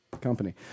company